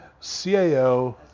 CAO